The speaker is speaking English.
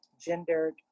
gendered